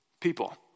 people